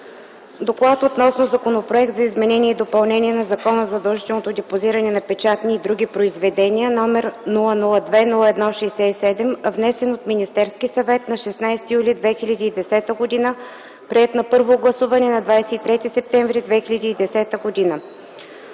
„ДОКЛАД относно Законопроект за изменение и допълнение на Закона за задължителното депозиране на печатни и други произведения, № 002-01-67, внесен от Министерския съвет на 16 юли 2010 г., приет на първо гласуване на 23 септември 2010 г.”